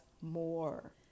more